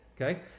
Okay